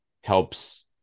helps